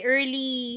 Early